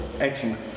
Excellent